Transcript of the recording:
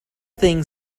thing